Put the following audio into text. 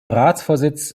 ratsvorsitz